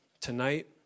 Tonight